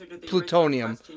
plutonium